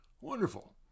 Wonderful